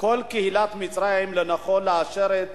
לנכון כל קהילת מצרים לאשר את